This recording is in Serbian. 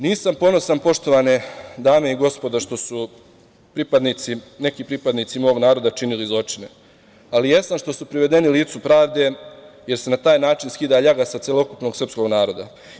Nisam ponosan poštovane dame i gospodo što su neki pripadnici mog naroda činili zločine, ali jesam što su privedeni licu pravde, jer se na taj način skida ljaga sa celokupnog srpskog naroda.